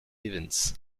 events